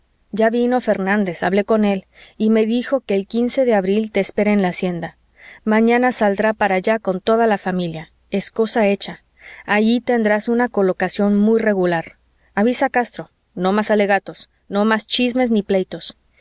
ya vino fernández hablé con él y me dijo que el quince de abril te espera en la hacienda mañana saldrá para allá con toda la familia es cosa hecha allí tendrás una colocación muy regular avisa a castro no más alegatos no más chismes ni pleitos